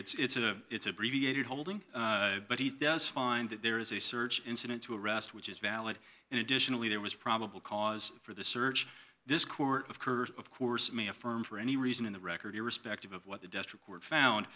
lee it's a it's abbreviated holding but he does find that there is a search incident to arrest which is valid and additionally there was probable cause for the search this court of curves of course may affirm for any reason in the record irrespective of what the district were found